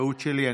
טעות שלי.